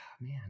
man